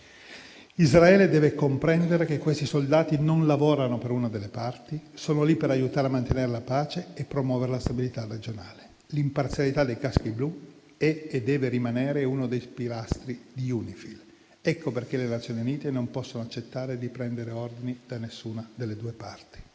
Israele deve comprendere che questi soldati non lavorano per una delle parti, ma sono lì per aiutare a mantenere la pace e promuovere la stabilità regionale. L'imparzialità dei caschi blu è e deve rimanere uno dei pilastri di UNIFIL. Ecco perché le Nazioni Unite non possono accettare di prendere ordini da nessuna delle due parti.